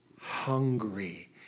hungry